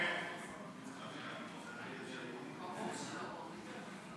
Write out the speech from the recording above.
ההסתייגות (70) של קבוצת סיעת ש"ס,